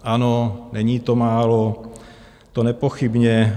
Ano, není to málo, to nepochybně.